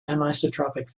anisotropic